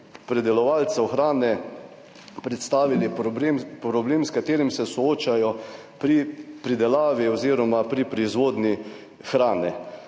pridelovalcev hrane predstavili problem s katerim se soočajo pri pridelavi oziroma pri proizvodnji hrane.